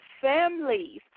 families